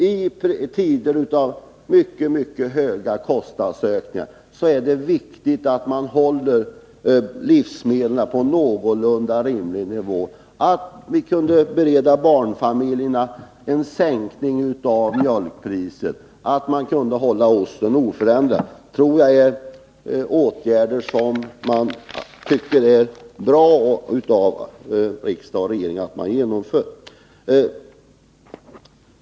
I tider av mycket stora kostnadsökningar är det viktigt att man håller livsmedlen på en någorlunda rimlig prisnivå. Att vi för barnfamiljernas skull kunde åstadkomma en sänkning av mjölkpriset och att vi kunde hålla priset på ost oförändrat tror jag är åtgärder som man tycker det är bra att riksdag och regering genomför.